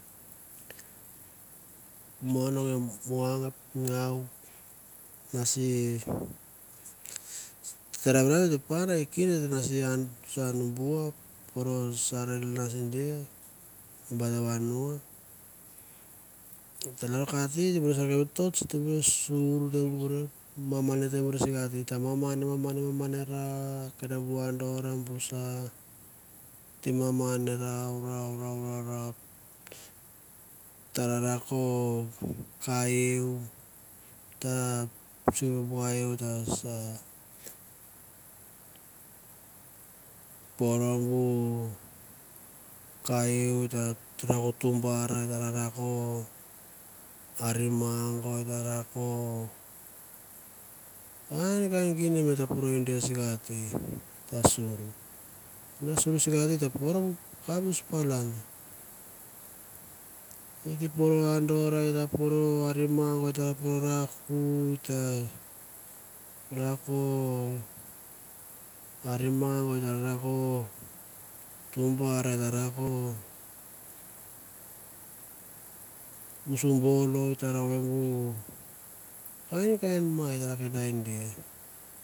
Mon nge nuang ngau si se ravirau et ta pan kinde et te nais bua, soi torch et te bor sur te bur sikati. it te bur maman maman rau rau kenda bu andor bu sa te mamon rau rau rau ta narakot liu ta pore bu ka lau kain kain gimen it ta pore sikati tasol va ita sur sikati et ta po abus palan eta poro andor, eta poro aringmar rako arimang rako arimang or et ta ra ko tem bar, tau bolo